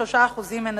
53% הם נשים.